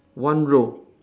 one row